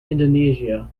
indonesia